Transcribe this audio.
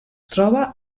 troba